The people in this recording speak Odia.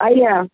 ଆଜ୍ଞା